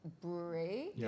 brewery